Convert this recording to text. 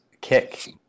kick